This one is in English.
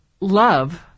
love